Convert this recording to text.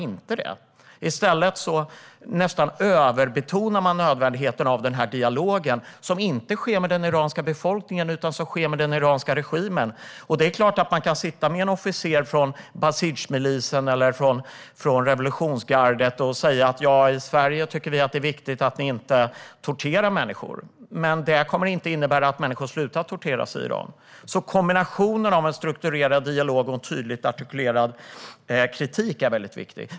I stället nästan överbetonar man nödvändigheten av dialogen, som inte sker med den iranska befolkningen utan med den iranska regimen. Det är klart att man kan sitta med en officer från Basijmilisen eller revolutionsgardet och säga att vi i Sverige tycker att det är viktigt att de inte torterar människor. Men det kommer inte att innebära att människor slutar att torteras i Iran. Kombinationen av en strukturerad dialog och en tydligt artikulerad kritik är viktig.